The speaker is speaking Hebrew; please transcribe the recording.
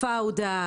"פאודה",